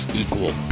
equal